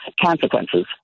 consequences